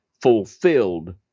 fulfilled